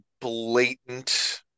blatant